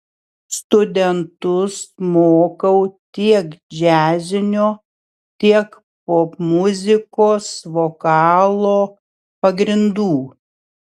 studentus mokau tiek džiazinio tiek popmuzikos vokalo pagrindų